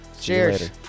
Cheers